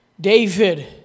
David